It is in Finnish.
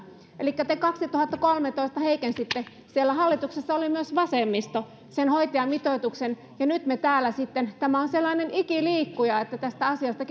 elikkä te kaksituhattakolmetoista heikensitte siellä hallituksessa oli myös vasemmisto sen hoitajamitoituksen ja nyt me täällä sitten edelleen tästä keskustelemme tämä on sellainen ikiliikkuja että tästä asiasta